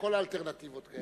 כל האלטרנטיבות קיימות.